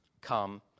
come